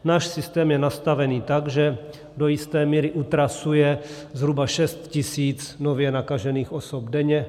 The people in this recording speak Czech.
Náš systém je nastavený tak, že do jisté míry utrasuje zhruba 6 tisíc nově nakažených osob denně.